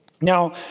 Now